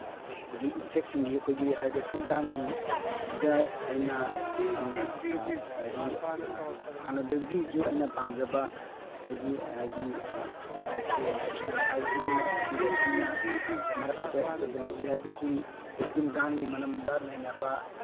ꯑꯩꯈꯣꯏꯒꯤ ꯏꯟꯖꯦꯛꯁꯤꯡꯒꯤ ꯑꯩꯈꯣꯏꯒꯤ ꯍꯥꯏꯔꯒ ꯇꯤꯟ ꯀꯥꯡꯒꯤꯁꯤꯗ ꯑꯩꯅ ꯌꯥꯝꯅ ꯍꯥꯏꯗꯤ ꯍꯥꯟꯅꯗꯒꯤꯁꯨ ꯑꯩꯅ ꯄꯥꯝꯖꯕ ꯑꯩꯒꯤ ꯑꯩꯒꯤ ꯂꯥꯏꯔꯤꯛꯁꯦ ꯂꯥꯏꯞ ꯁꯥꯏꯟꯁ ꯍꯥꯏꯁꯤꯒꯤ ꯃꯔꯛꯁꯤꯗ ꯁꯤꯅ ꯃꯔꯛꯁꯤꯗ ꯑꯦꯟꯇꯣꯃꯣꯂꯣꯖꯤ ꯍꯥꯏꯕꯁꯤ ꯑꯩꯈꯣꯏ ꯇꯤꯟ ꯀꯥꯡꯒꯤ ꯃꯔꯝꯗ ꯅꯩꯅꯕ